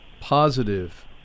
positive